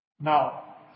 Now